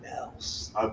else